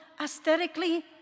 aesthetically